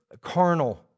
carnal